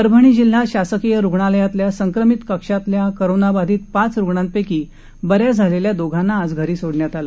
परभणी जिल्हा शासकीय रुग्णालयातल्या संक्रमीत कक्षातील कोरोनाबाधित पाच रुग्णांपेकी ब या झालेल्या दोघांना आज घरी सोडण्यात आलं